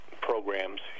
programs